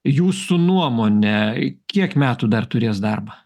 jūsų nuomone kiek metų dar turės darbą